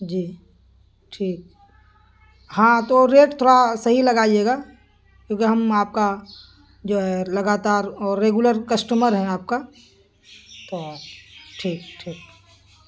جی ٹھیک ہاں تو ریٹ تھوڑا صحیح لگائیے گا کیونکہ ہم آپ کا جو ہے لگاتار اور ریگولر کسٹمر ہیں آپ کا تو ٹھیک ٹھیک